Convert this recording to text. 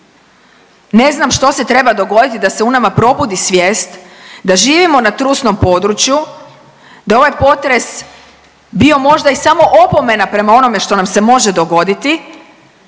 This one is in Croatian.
Ne znam što se treba dogoditi da se u nama probudi svijest da živimo na trusnom području, da je ovaj potres bio možda i samo opomena prema onome što nam se može dogoditi